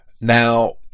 Now